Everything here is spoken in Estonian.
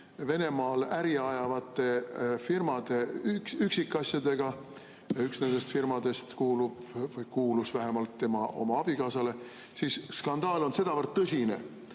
Venemaal äri ajavate firmade üksikasjadega, üks nendest firmadest kuulub või kuulus vähemalt tema oma abikaasale, siis skandaal on sedavõrd tõsine,